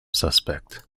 suspect